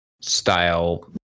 style